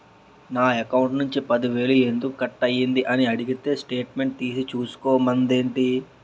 నా అకౌంట్ నుంచి పది వేలు ఎందుకు కట్ అయ్యింది అని అడిగితే స్టేట్మెంట్ తీసే చూసుకో మంతండేటి